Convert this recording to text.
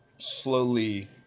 slowly